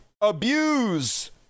abuse